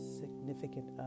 significant